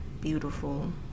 beautiful